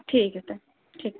ٹھیک ہے تو ٹھیک